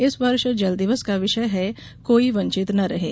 इस वर्ष जल दिवस का विषय है कोई वंचित न रहें